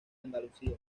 andalucía